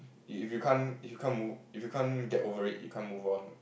you if you can't if you can't move if you can't get over it you can't move on